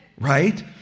right